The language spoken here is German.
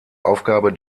aufgabe